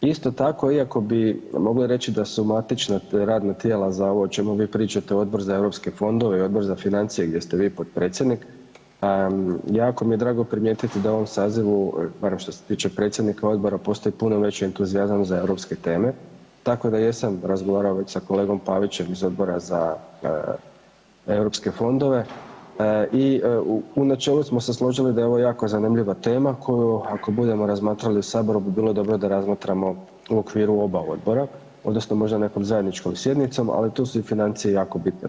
Isto tako iako bi mogli reći da su matična radna tijela za ovo o čemu vi pričate Odbor za europske fondove i Odbor za financije gdje ste vi potpredsjednik, jako mi je drago primijetiti da u ovom sazivu, barem što se tiče predsjednika odbora postoji puno veći entuzijazam za europske teme, tako da jesam razgovarao već sa kolegom Pavićem iz Odbora za europske fondove i u načelu smo se složili da je ovo jako zanimljiva tema koju ako budemo razmatrali u Saboru bi bilo dobro da razmatramo u okviru oba odbora odnosno možda nekoj zajedničkom sjednicom, ali tu su i financije jako bitne.